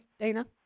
Dana